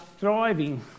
thriving